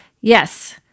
Yes